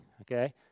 okay